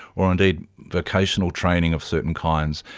or indeed vocational training of certain kinds.